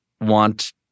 want